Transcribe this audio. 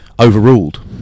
overruled